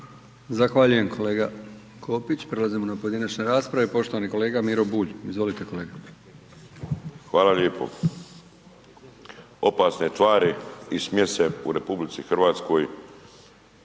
Zahvaljujem kolega Kopić. Prelazimo na pojedinačne rasprave. Poštovani kolega Miro Bulj. Izvolite kolega. **Bulj, Miro (MOST)** Hvala lijepo. Opasne tvari i smjese u RH se